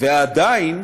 ועדיין